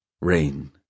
Rain